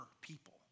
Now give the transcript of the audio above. people